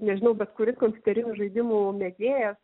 nežinau bet kuris kompiuterinių žaidimų mėgėjas